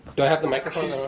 do i have the microphone